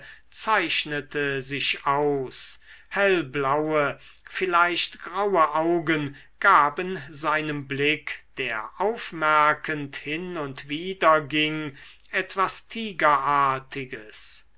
zeichnete sich aus hellblaue vielleicht graue augen gaben seinem blick der aufmerkend hin und wider ging etwas